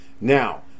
Now